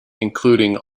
including